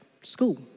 school